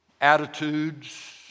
Attitudes